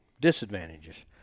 disadvantages